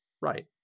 Right